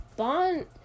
bond